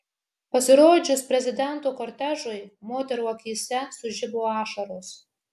pasirodžius prezidento kortežui moterų akyse sužibo ašaros